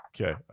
Okay